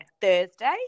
Thursday